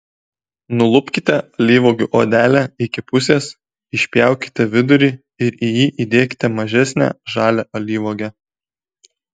nulupkite alyvuogių odelę iki pusės išpjaukite vidurį ir į jį įdėkite mažesnę žalią alyvuogę